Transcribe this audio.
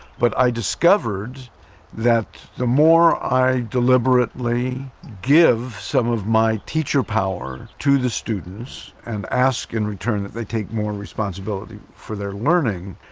but i discovered that the more i deliberately give some of my teacher power to the students and ask in return that they take more responsibility for their learning,